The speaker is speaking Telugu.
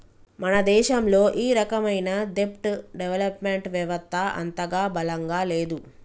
మన దేశంలో ఈ రకమైన దెబ్ట్ డెవలప్ మెంట్ వెవత్త అంతగా బలంగా లేదు